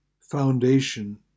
foundation